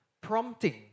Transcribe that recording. prompting